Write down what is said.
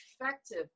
effective